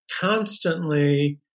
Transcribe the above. Constantly